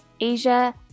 Asia